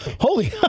Holy